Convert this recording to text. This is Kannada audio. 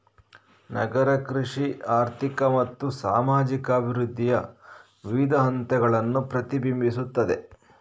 ನಗರ ಕೃಷಿ ಆರ್ಥಿಕ ಮತ್ತು ಸಾಮಾಜಿಕ ಅಭಿವೃದ್ಧಿಯ ವಿವಿಧ ಹಂತಗಳನ್ನು ಪ್ರತಿಬಿಂಬಿಸುತ್ತದೆ